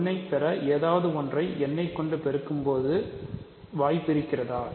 1 ஐப் பெற ஏதாவது ஒன்றை n கொண்டு பெருக்கும்போது வாய்ப்பு இருக்கிறதா